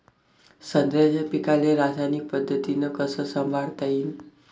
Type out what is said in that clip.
संत्र्याच्या पीकाले रासायनिक पद्धतीनं कस संभाळता येईन?